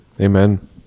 amen